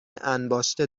انباشته